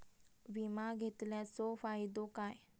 विमा घेतल्याचो फाईदो काय?